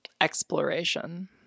exploration